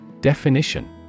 Definition